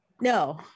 no